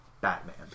Batman